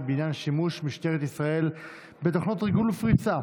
בעניין שימוש משטרת ישראל בתוכנות ריגול ופריצה